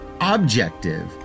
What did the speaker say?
objective